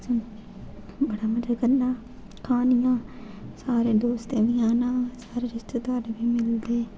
बड़ा मजा करना खानियां सारे दोस्तें बी आना सारे रिश्तदारे बी मिलदे